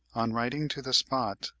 on riding to the spot,